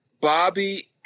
Bobby